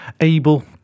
able